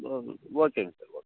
ஓ ஓகேங்க sir okay